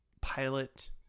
pilot